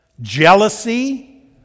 jealousy